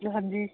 ਹਾਂਜੀ